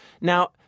Now-